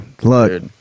look